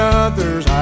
others